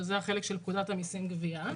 שזה החלק של פקודת המיסים (גבייה),